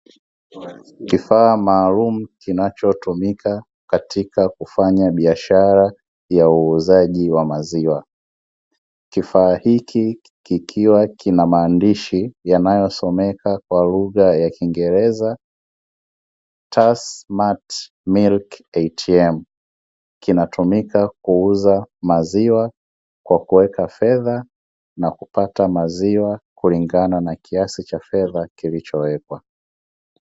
Kifaa maalumu kinachotumika katika kufanya biashara ya uuzaji maziwa, kifaa hiki kikiwa na maandishi yanayosomeka kwa lugha ya kiingereza tasmart "milk atm", kiantumika kuuza maziwa kwa kuweka fedha na kupata maziwa kulingana na kiasi cha fedha kilichoingizwa.